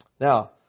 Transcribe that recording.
Now